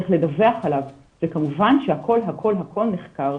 צריך לדווח עליו, וכמובן שהכול הכול נחקר.